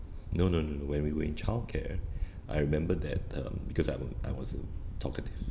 no no no no when we were in childcare I remember that um because I w~ I was a talkative